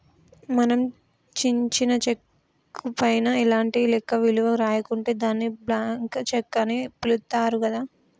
మనం చించిన చెక్కు పైన ఎలాంటి లెక్క విలువ రాయకుంటే దాన్ని బ్లాంక్ చెక్కు అని పిలుత్తారు గదా